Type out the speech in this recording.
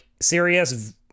serious